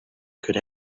could